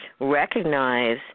recognize